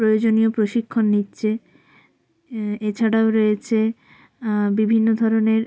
প্রয়োজনীয় প্রশিক্ষণ নিচ্ছে এছাড়াও রয়েছে বিভিন্ন ধরনের